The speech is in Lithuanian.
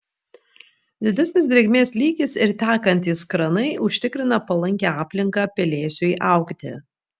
didesnis drėgmės lygis ir tekantys kranai užtikrina palankią aplinką pelėsiui augti